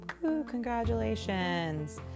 congratulations